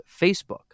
Facebook